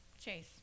chase